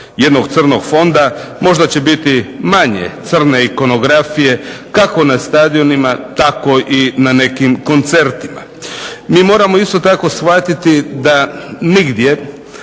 jednog crnog fonda možda će biti manje crne ikonografije, kako na stadionima tako i na nekim koncertima. Mi isto tako moramo shvatiti da nigdje